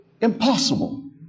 impossible